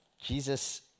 Jesus